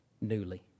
newly